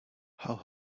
how